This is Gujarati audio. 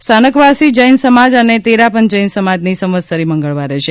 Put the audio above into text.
સ્થાનકવાસી જૈન સમાજ અને તેરાપંથ જૈન સમાજની સંવત્સરી મંગળવારે છે